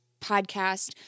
podcast